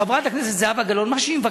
חברת הכנסת זהבה גלאון,